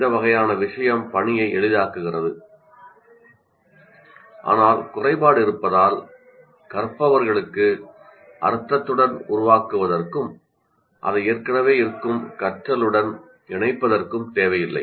இந்த வகையான விஷயம் பணியை எளிதாக்குகிறது ஆனால் குறைபாடு இருப்பதால் கற்பவர்களுக்கு அர்த்தத்தை உருவாக்குவதற்கும் அதை ஏற்கனவே இருக்கும் கற்றலுடன் இணைப்பதற்கும் தேவையில்லை